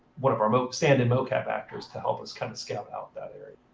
one of our ah stand-in mocap actors to help us kind of scout out that area.